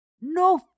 No